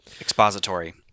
Expository